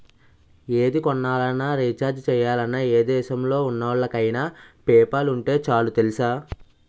ఏది కొనాలన్నా, రీచార్జి చెయ్యాలన్నా, ఏ దేశంలో ఉన్నోళ్ళకైన పేపాల్ ఉంటే చాలు తెలుసా?